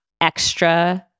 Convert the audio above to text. extra